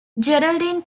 geraldine